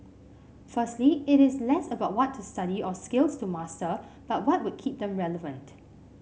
firstly it is less about what to study or skills to master but what would keep them relevant